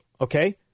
Okay